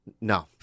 No